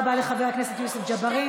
תודה רבה לחבר הכנסת יוסף ג'בארין.